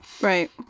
Right